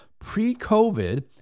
pre-COVID